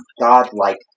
God-like